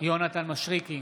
יונתן מישרקי,